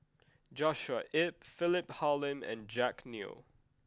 Joshua Ip Philip Hoalim and Jack Neo